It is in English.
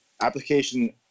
application